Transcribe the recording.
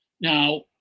Now